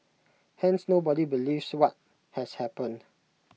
hence nobody believes what has happened